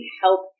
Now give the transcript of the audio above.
help